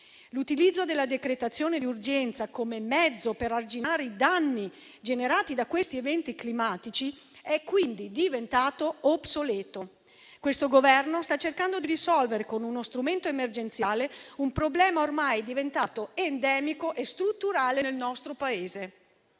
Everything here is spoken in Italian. L'utilizzo della decretazione di urgenza come mezzo per arginare i danni generati da questi eventi climatici è quindi diventato obsoleto. Questo Governo sta cercando di risolvere con uno strumento emergenziale un problema ormai diventato endemico e strutturale nel nostro Paese.